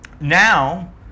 now